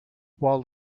while